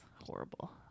horrible